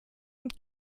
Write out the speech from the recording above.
und